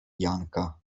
janka